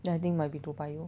then I think might be toa payoh